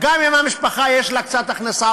גם אם המשפחה יש לה קצת הכנסה,